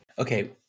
Okay